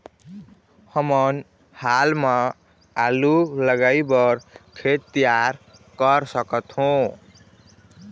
हमन हाल मा आलू लगाइ बर खेत तियार कर सकथों?